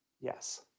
yes